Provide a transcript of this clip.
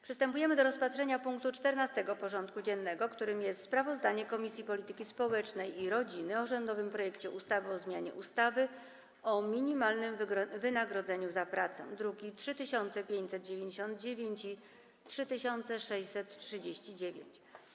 Przystępujemy do rozpatrzenia punktu 14. porządku dziennego: Sprawozdanie Komisji Polityki Społecznej i Rodziny o rządowym projekcie ustawy o zmianie ustawy o minimalnym wynagrodzeniu za pracę (druki nr 3599 i 3639)